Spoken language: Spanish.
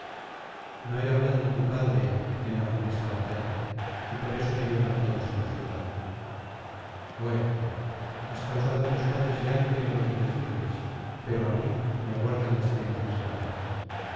no era blando tu padre en la funesta batalla y por esto le lloran todos en la ciudad oh héctor has causado á tus padres llanto y dolor indecibles pero á mí me aguardan las penas más graves